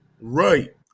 Right